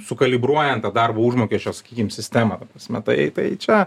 sukalibruojant tą darbo užmokesčio sakykim sistemą ta prasme tai tai čia